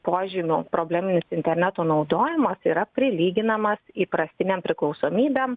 požymių probleminis interneto naudojimas yra prilyginamas įprastinėm priklausomybėm